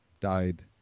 died